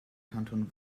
kanton